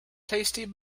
tasty